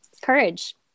courage